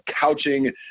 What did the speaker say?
couching